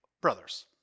brothers